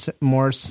more